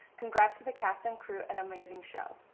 congrats to the cast and crew and amazing show.